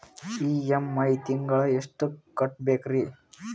EMI ತಿಂಗಳ ಎಷ್ಟು ಕಟ್ಬಕ್ರೀ?